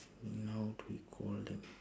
now what do we call them